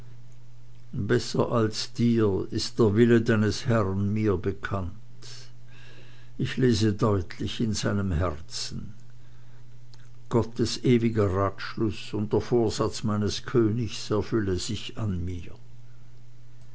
besser als dir ist er wille deines herrn mir bekannt ich lese deutlich in seinem herzen gottes ewiger ratschluß und der vorsatz meines königs erfülle sich an mir